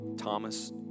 Thomas